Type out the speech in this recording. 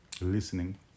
listening